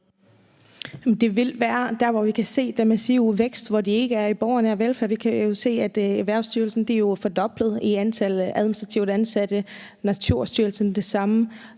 Det vil være der, hvor vi kan se den massive vækst, og hvor det ikke er i den borgernære velfærd. Vi kan jo se, at Erhvervsstyrelsen er fordoblet i forhold til antallet af administrativt ansatte. For Naturstyrelsen er det det samme.